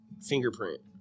fingerprint